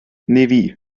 nevis